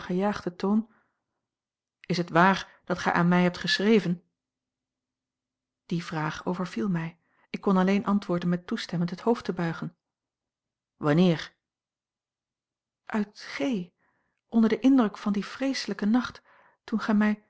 gejaagden toon is het waar dat gij aan mij hebt geschreven die vraag overviel mij ik kon alleen antwoorden met toestemmend het hoofd te buigen wanneer uit g onder den indruk van dien vreeselijken nacht toen gij mij